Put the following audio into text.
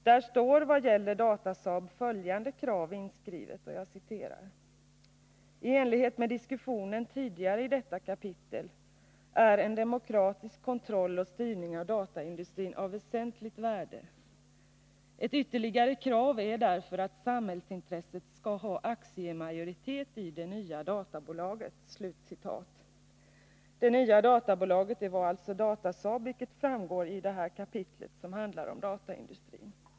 Där finns vad gäller Datasaab följande krav inskrivna: ”I enlighet med diskussionen tidigare i detta kapitel är en demokratisk kontroll och styrning av dataindustrin av väsentligt värde. Ett ytterligare krav är därför att samhällsintresset ska ha aktiemajoritet i det nya databolaget.” Det nya databolaget är alltså Datasaab.